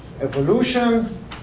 evolution